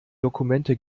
dokumente